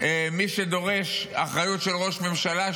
מי שדורש אחריות של ראש ממשלה,